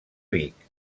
vic